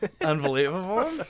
unbelievable